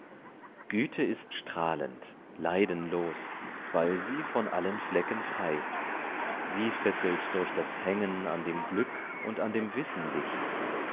güte ist strahlend leidenlos weil sie von allen flecken frei sie fesselt durch das hängen an dem glück und an dem wissen dich